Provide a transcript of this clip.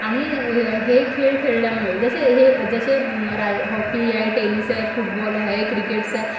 आणि ह हे खेळ खेळल्यामुळे जसे हे जसे राय हॉकी आहे टेनिस आहे फुटबॉल आहे क्रिकेट्स आहे